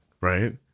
right